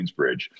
Queensbridge